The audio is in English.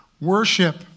worship